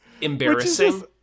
embarrassing